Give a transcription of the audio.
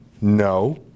no